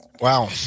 Wow